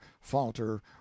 falter